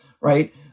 right